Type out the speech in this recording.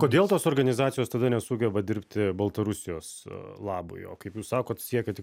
kodėl tos organizacijos tada nesugeba dirbti baltarusijos labui o kaip jūs sakot siekia tik